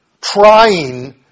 trying